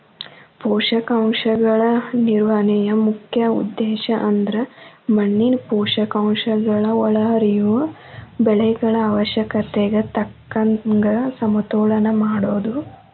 ಪೋಷಕಾಂಶಗಳ ನಿರ್ವಹಣೆಯ ಮುಖ್ಯ ಉದ್ದೇಶಅಂದ್ರ ಮಣ್ಣಿನ ಪೋಷಕಾಂಶಗಳ ಒಳಹರಿವು ಬೆಳೆಗಳ ಅವಶ್ಯಕತೆಗೆ ತಕ್ಕಂಗ ಸಮತೋಲನ ಮಾಡೋದು